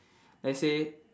let's say